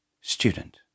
Student